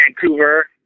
Vancouver